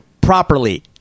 properly